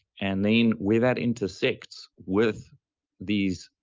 and then where that intersects with these,